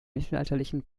mittelalterlichen